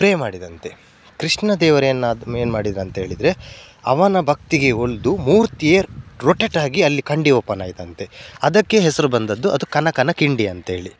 pray ಮಾಡಿದಂತೆ ಕೃಷ್ಣ ದೇವರು ಏನಾದ ಏನು ಮಾಡಿದ್ರು ಅಂತೇಳಿದರೆ ಅವನ ಭಕ್ತಿಗೆ ಒಲಿದು ಮೂರ್ತಿಯೇ ರೊಟೇಟಾಗಿ ಅಲ್ಲಿ ಕಿಂಡಿ ಓಪನ್ ಆಯಿತಂತೆ ಅದಕ್ಕೆ ಹೆಸರು ಬಂದದ್ದು ಅದು ಕನಕನ ಕಿಂಡಿ ಅಂತೇಳಿ